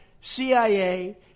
CIA